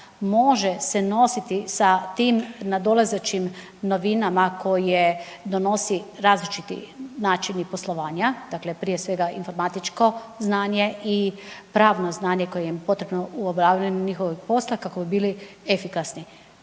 može se nositi sa tim nadolazećim novinama koje donosi različiti načini poslovanja. Dakle, prije svega informatičko znanje i pravno znanje koje im je potrebno u obavljanju njihovog posla kako bi bili efikasni.